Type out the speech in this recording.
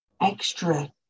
extra